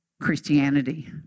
Christianity